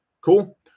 Cool